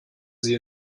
sie